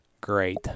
great